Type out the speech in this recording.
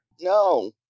No